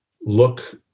look